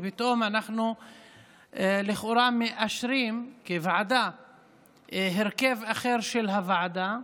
ופתאום אנחנו לכאורה מאשרים כוועדה הרכב אחר של הוועדה,